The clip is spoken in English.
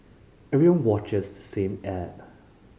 everyone watches the same ad